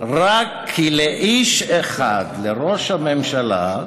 רק כי לאיש אחד, לראש הממשלה,